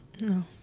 no